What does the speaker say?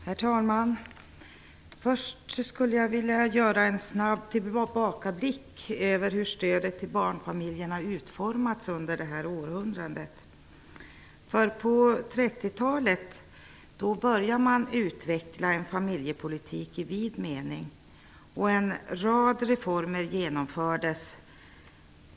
Herr talman! Först vill jag göra en snabb tillbakablick över hur stödet till barnfamiljerna utformats under detta århundrade. På 1930-talet började man utveckla en familjepolitik i vid mening. En rad reformer genomfördes.